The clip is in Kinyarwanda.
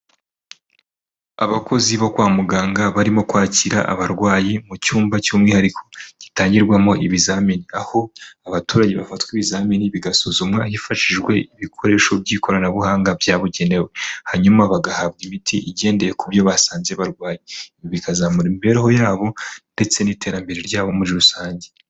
Abakozi bo kwa muganga barimo kwakira abarwayi mu cyumba cy'umwihariko gitangirwamo ibizamini, aho abaturage bafatwa ibizamini bigasuzumwa hifashishijwe ibikoresho by'ikoranabuhanga byabugenewe hanyuma bagahabwa imiti igendeye ku byo basanze barwaye, ibi bikazamura imibereho yabo ndetse n'iterambere ryabo muri rusange.